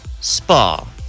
Spa